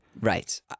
right